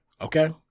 Okay